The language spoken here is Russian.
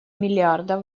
миллиарда